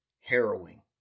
Harrowing